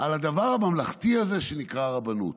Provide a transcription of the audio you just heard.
על הדבר הממלכתי הזה שנקרא הרבנות,